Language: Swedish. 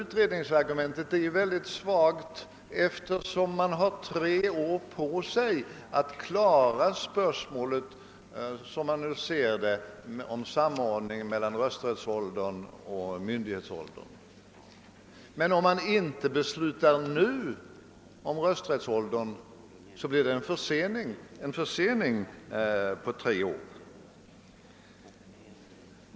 Utredningsargumentet är för övrigt mycket svagt som skäl för uppskov, därför att man har tre år på sig att klara spörsmålet om samordning mellan rösträttsåldern och myndighetsåldern. Men om man inte beslutar om rösträttsåldern nu blir det en försening på tre år.